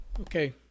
Okay